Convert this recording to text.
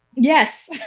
yes.